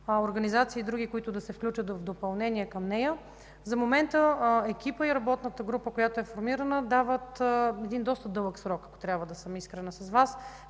организации и други, които да се включат в допълнение към нея. За момента екипът и работната група, която е формирана, дават един доста дълъг срок – трябва да съм искрена с Вас.